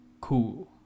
cool